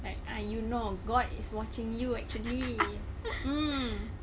like ah you know god is watching you actually mm